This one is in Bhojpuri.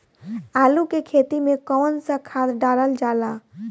आलू के खेती में कवन सा खाद डालल जाला?